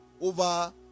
over